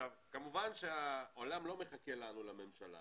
כמובן שהעולם לא מחכה לנו, לא לממשלה